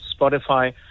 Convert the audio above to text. Spotify